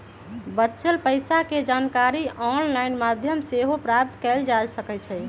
बच्चल पइसा के जानकारी ऑनलाइन माध्यमों से सेहो प्राप्त कएल जा सकैछइ